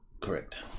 Correct